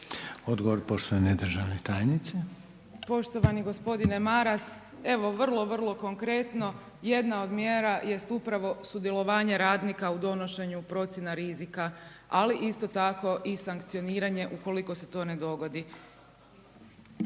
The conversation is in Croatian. Odgovor poštovane državne tajnice. **Burić, Majda (HDZ)** Poštovani gospodine Maras, evo vrlo, vrlo konkretno. Jedna od mjera jest upravo sudjelovanje radnika u donošenju procjena rizika ali isto tako i sankcioniranje ukoliko se to ne dogodi.